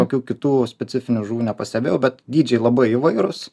kokių kitų specifinių žuvų nepastebėjau bet dydžiai labai įvairus